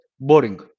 boring